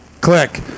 Click